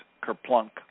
Kerplunk